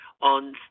on